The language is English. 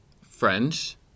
French